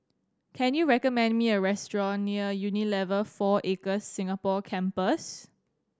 can you recommend me a restaurant near Unilever Four Acres Singapore Campus